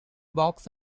box